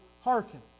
hearken